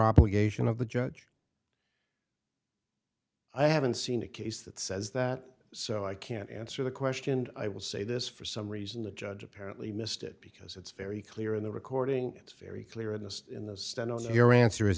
obligation of the judge i haven't seen a case that says that so i can't answer the question and i will say this for some reason the judge apparently missed it because it's very clear in the recording it's very clear in the in the stands your answer is